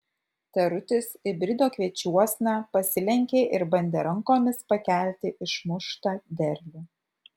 tarutis įbrido kviečiuosna pasilenkė ir bandė rankomis pakelti išmuštą derlių